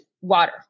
water